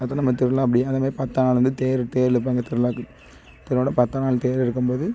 அடுத்து நம்ம திருவிழா அப்படியே அதை மாரி பார்த்தா வந்து தேர் தேர் இழுப்பாங்க திருவிழாக்கு திருவிழாவோடய பத்தாம் நாள் தேர் இழுக்கும்போது